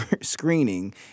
screening